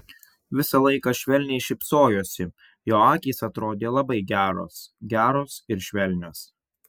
visą laiką švelniai šypsojosi jo akys atrodė labai geros geros ir švelnios